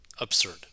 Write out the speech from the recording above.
absurd